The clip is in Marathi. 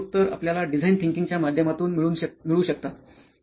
आणि त्यांचे उत्तर आपल्याला डिझाईन थिंकिंगच्या माध्यमातून मिळू शकतात